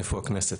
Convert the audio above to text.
איפה הכנסת?